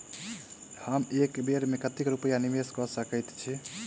हम एक बेर मे कतेक रूपया निवेश कऽ सकैत छीयै?